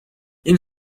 این